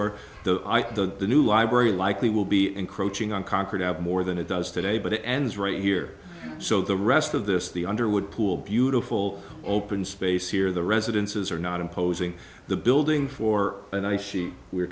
or the eye to the new library likely will be encroaching on concrete out more than it does today but it ends right here so the rest of this the underwood pool beautiful open space here the residences are not imposing the building for an ice sheet we're